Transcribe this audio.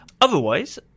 Otherwise